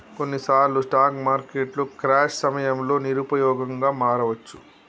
కొన్నిసార్లు స్టాక్ మార్కెట్లు క్రాష్ సమయంలో నిరుపయోగంగా మారవచ్చు